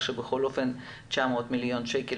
תשובה על כך שבכל אופן 900 מיליון שקל